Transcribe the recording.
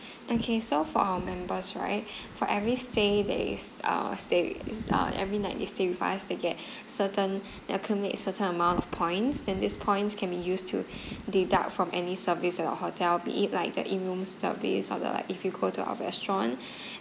okay so for our members right for every stay there is uh stay is uh every night you stay with us you get certain you accumulate certain amount of points then these points can be used to deduct from any service at our hotel be it like the in room service or the like if you go to our restaurant